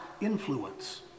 influence